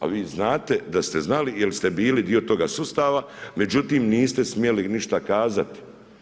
A vi znate da ste znali jel ste bili dio toga sustava, međutim niste smjeli ništa kazati.